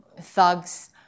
thugs